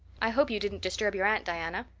i hope you didn't disturb your aunt, diana.